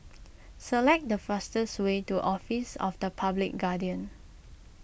select the fastest way to Office of the Public Guardian